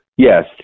Yes